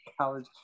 college